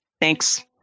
Thanks